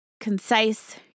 concise